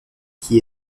qui